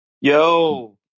Yo